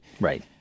Right